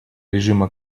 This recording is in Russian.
режима